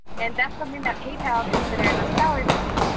and that's something that paypal considers a seller fee.